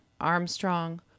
Armstrong